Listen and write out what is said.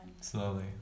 Slowly